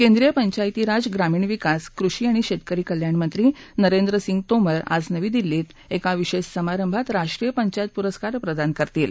केन्द्रीय पंचायती राज ग्रामीण विकास कृषि आणि शेतकरी कल्याण मंत्री नरेंद्र सिंह तोमर आज नवी दिल्लीत एका विशेष समारंभात राष्ट्रीय पंचायत पुरस्कार प्रदान करतील